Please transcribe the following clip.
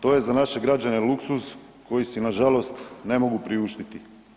To je za naše građane luksuz koji si nažalost ne mogu priuštiti.